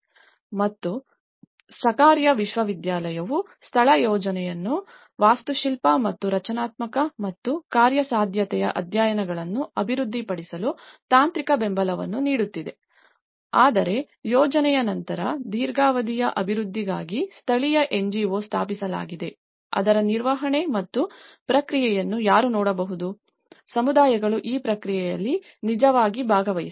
ಮತ್ತು ಸಕಾರ್ಯ ವಿಶ್ವವಿದ್ಯಾನಿಲಯವು ಸ್ಥಳ ಯೋಜನೆಗಳು ವಾಸ್ತುಶಿಲ್ಪ ಮತ್ತು ರಚನಾತ್ಮಕ ಮತ್ತು ಕಾರ್ಯಸಾಧ್ಯತೆಯ ಅಧ್ಯಯನಗಳನ್ನು ಅಭಿವೃದ್ಧಿಪಡಿಸಲು ತಾಂತ್ರಿಕ ಬೆಂಬಲವನ್ನು ನೀಡುತ್ತಿದೆ ಆದರೆ ಯೋಜನೆಯ ನಂತರ ದೀರ್ಘಾವಧಿಯ ಅಭಿವೃದ್ಧಿಗಾಗಿ ಸ್ಥಳೀಯ NGO ಸ್ಥಾಪಿಸಲಾಗಿದೆ ಅದರ ನಿರ್ವಹಣೆ ಮತ್ತು ಪ್ರಕ್ರಿಯೆಯನ್ನು ಯಾರು ನೋಡಬಹುದು ಆದ್ದರಿಂದ ಸಮುದಾಯಗಳು ಈ ಪ್ರಕ್ರಿಯೆಯಲ್ಲಿ ನಿಜವಾಗಿ ಭಾಗವಹಿಸಿವೆ